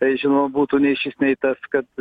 žinoma būtų nei šis nei tas kad